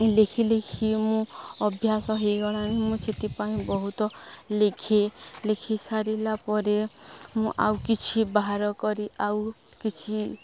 ଲେଖିିଲେଖି ମୁଁ ଅଭ୍ୟାସ ହେଇଗଲାଣି ମୁଁ ସେଥିପାଇଁ ବହୁତ ଲେଖେ ଲେଖି ସାରିଲା ପରେ ମୁଁ ଆଉ କିଛି ବାହାର କରି ଆଉ କିଛି